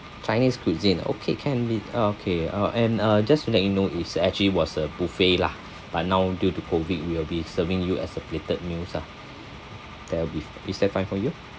chinese cuisine okay can be okay and uh just to let you know it's actually was a buffet lah but now due to COVID we will be serving you as a plated meals lah there will be is that fine for you